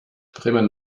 bremen